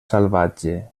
salvatge